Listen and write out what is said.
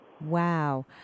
Wow